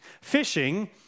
fishing